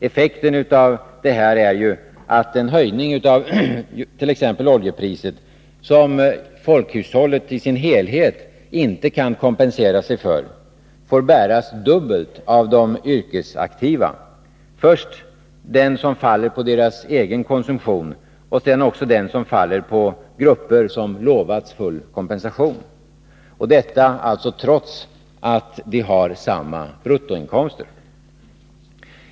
Effekten av detta är ju att en höjning av t.ex. oljepriset, som folkhushållet i dess helhet inte kan kompensera sig för, får bäras dubbelt av de yrkesaktiva, först den som faller på deras egen konsumtion, sedan också den som faller på grupper som utlovats full kompensation — detta trots att de har samma bruttoinkomster.